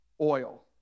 oil